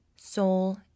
soul